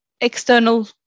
external